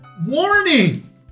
WARNING